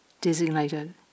designated